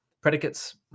predicates